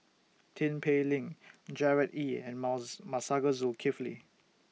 Tin Pei Ling Gerard Ee and mouse Masagos Zulkifli